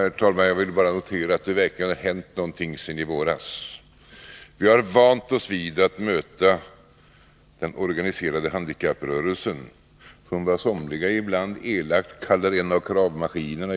Herr talman! Jag vill bara notera att det verkligen har hänt någonting sedan i våras. Vi har vant oss vid att möta den organiserade handikapprörelsen som vad somliga ibland elakt kallar en av kravmaskinerna.